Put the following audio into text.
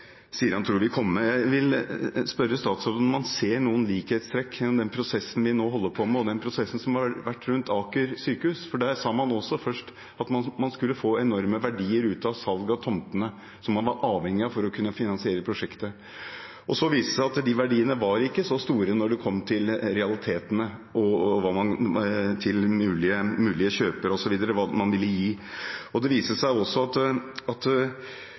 sier han tror vil komme. Jeg vil spørre statsråden om han ser noen likhetstrekk mellom den prosessen vi nå holder på med, og den prosessen som har vært rundt Aker sykehus. Der sa man også først at man skulle få enorme verdier ut av salget av tomtene, som man var avhengig av for å kunne finansiere prosjektet. Så viste det seg – når man kom til realitetene, mulige kjøpere og så videre, og hva man ville gi – at de verdiene ikke var så store. Det viste seg også at man begynte å snakke om at